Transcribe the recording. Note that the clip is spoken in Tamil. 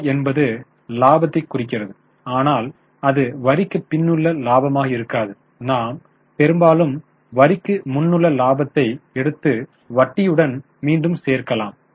வருவாய் என்பது இலாபத்தைக் குறிக்கிறது ஆனால் அது வரிக்குப் பின்னுள்ள இலாபமாக இருக்காது நாம் பெரும்பாலும் வரிக்கு முன்னுள்ள இலாபத்தை எடுத்து வட்டியுடன் மீண்டும் சேர்க்கலாம்